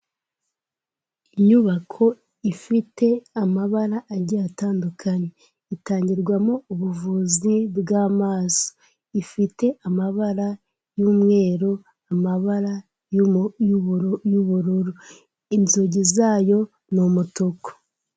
Inyubako ifite amabara agiye atandukanye, itangirwamo ubuvuzi bw'amaso, ifite amabara y'umweru, amabara y'ubururu, inzugi zayo ni umutuku.